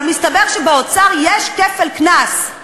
אבל מסתבר שבאוצר יש כפל קנס.